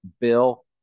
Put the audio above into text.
bill